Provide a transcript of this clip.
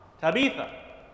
Tabitha